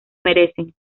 merecen